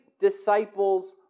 disciple's